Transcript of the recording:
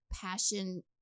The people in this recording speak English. passion